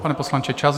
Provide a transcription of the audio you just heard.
Pane poslanče, čas.